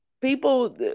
people